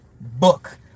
book